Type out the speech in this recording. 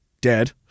dead